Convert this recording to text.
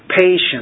patience